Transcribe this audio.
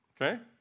Okay